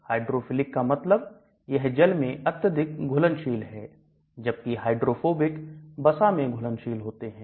hydrophilic का मतलब यह जल में अत्यधिक घुलनशील है जबकि हाइड्रोफोबिक लिपिड में घुलनशील होते हैं